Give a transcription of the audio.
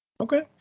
Okay